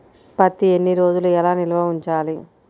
పత్తి ఎన్ని రోజులు ఎలా నిల్వ ఉంచాలి?